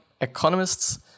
economists